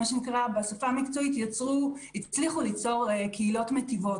מה שנקרא בשפה המקצועית "קהילות מטיבות"